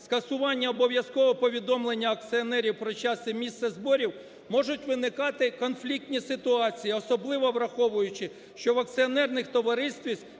скасування обов'язкового повідомлення акціонерів про час і місце зборів можуть виникати конфліктні ситуації, особливо враховуючи, що в акціонерних товариствах